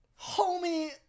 homie